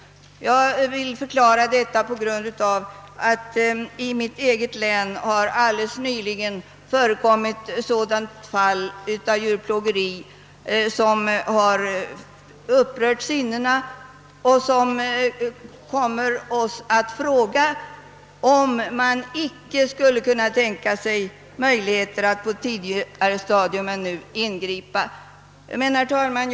Jag säger detta bl.a. på grund av att det i mitt eget län nyligen varit ett sådant fall av djurplågeri, som har upprört sinnena och kommit oss att fråga, om det inte skulle vara möjligt att ingripa på ett tidigare stadium.